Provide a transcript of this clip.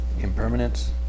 impermanence